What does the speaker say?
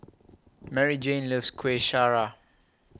Maryjane loves Kueh Syara